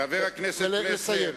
חבר הכנסת פלסנר,